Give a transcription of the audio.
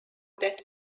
that